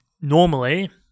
normally